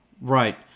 Right